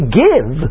give